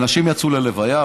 אנשים יצאו להלוויה,